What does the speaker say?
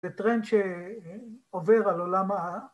‫זה טרנד שעובר על עולם ה...